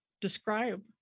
describe